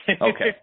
Okay